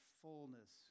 fullness